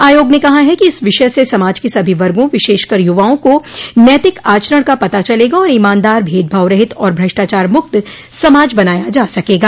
आयोग ने कहा है कि इस विषय से समाज के सभी वर्गों विशेषकर युवाओं को नैतिक आचरण का पता चलेगा और ईमानदार भेदभाव रहित और भ्रष्टाचार मुक्त समाज बनाया जा सकेगा